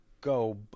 go